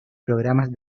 programas